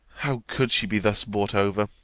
how could she be thus brought over,